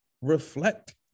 reflect